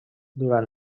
durant